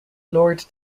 lord